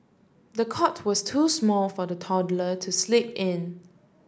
the cot was too small for the toddler to sleep in